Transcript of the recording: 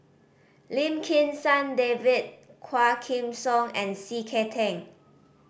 Lim Kim San David Quah Kim Song and C K Tang